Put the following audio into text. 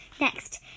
Next